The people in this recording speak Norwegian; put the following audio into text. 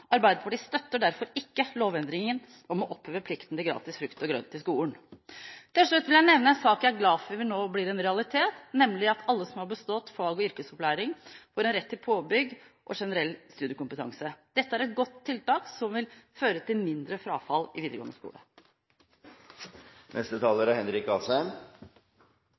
Arbeiderpartiet støtter derfor ikke lovendringen om å oppheve plikten til gratis frukt og grønt i skolen. Til slutt vil jeg nevne en sak jeg er glad for at nå vil bli en realitet, nemlig at alle som har bestått fag- og yrkesopplæring, får en rett til påbygging til generell studiekompetanse. Dette er et godt tiltak som vil føre til mindre frafall i videregående skole. Dette er